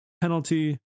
penalty